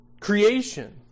creation